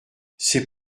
c’est